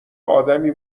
آدمی